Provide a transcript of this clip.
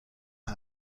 ماه